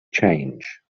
change